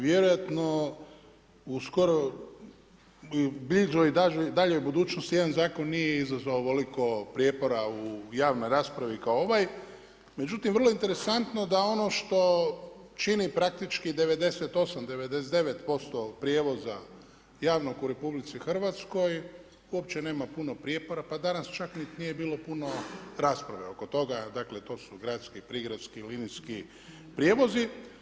Vjerojatno u skoroj bližoj i daljoj budućnosti jedan zakon nije izazvao ovoliko prijepora u javnoj raspravi kao ovaj, međutim vrlo je interesantno da ono što čini praktički 98, 99% prijevoza javnog u RH uopće nema puno prijepora pa danas čak niti nije bilo puno rasprave oko toga jer to su gradski, prigradski linijski prijevozi.